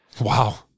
Wow